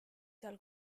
seal